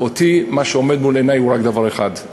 מה שעומד מול עיני הוא רק דבר אחד: